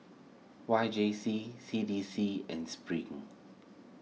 Y J C C D C and Spring